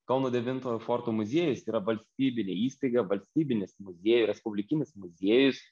kauno devintojo forto muziejus yra valstybinė įstaiga valstybinis muziejų respublikinis muziejus